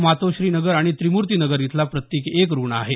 मातोश्री नगर आणि त्रिमूर्ती नगर इथला प्रत्येकी एक रुग्ण आहे